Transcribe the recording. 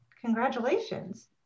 Congratulations